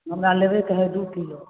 हमरा लेबैके हए दू किलो